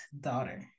daughter